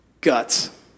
guts